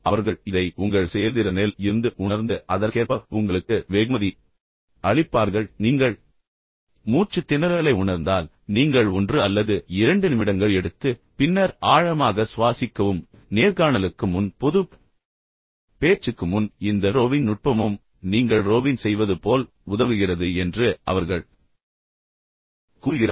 அவர்கள் இதை உங்கள் செயல்திறனில் இருந்து உணர்ந்து அதற்கேற்ப உங்களுக்கு வெகுமதி அளிப்பார்கள் நீங்கள் மூச்சுத் திணறலை உணர்ந்தால் எனவே நீங்கள் ஒன்று அல்லது இரண்டு நிமிடங்கள் எடுத்து பின்னர் ஆழமாக சுவாசிக்கவும் நேர்காணலுக்கு முன் பொதுப் பேச்சுக்கு முன் இந்த ரோவிங் நுட்பமும் நீங்கள் ரோவிங் செய்வது போல் உதவுகிறது என்று அவர்கள் கூறுகிறார்கள்